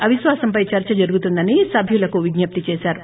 అవిశ్వాసంపై చర్చ జరుగుతుందని సభ్యులకు విజ్జప్తి చేశారు